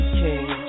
king